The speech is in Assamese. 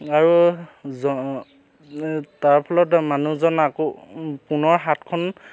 আৰু জ তাৰ ফলত মানুহজন আকৌ পুনৰ হাতখন